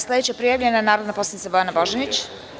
Sledeća prijavljena je narodna poslanica Bojana Božanić.